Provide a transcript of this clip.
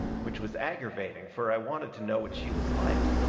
which was aggervating, fur i wanted to know what she was like.